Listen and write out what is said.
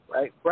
Right